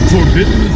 Forbidden